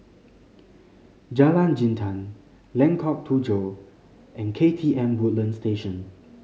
Jalan Jintan Lengkok Tujoh and K T M Woodlands Station